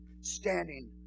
standing